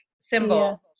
symbol